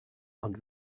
ond